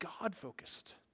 God-focused